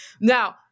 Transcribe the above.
Now